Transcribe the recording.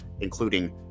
including